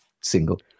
single